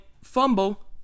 fumble